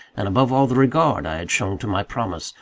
and above all, the regard i had shown to my promise,